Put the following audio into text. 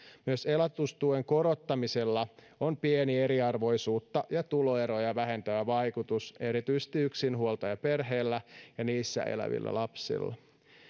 myös elatustuen korottamisella on pieni eriarvoisuutta ja tuloeroja vähentävä vaikutus erityisesti yksinhuoltajaperheillä ja niissä elävillä lapsilla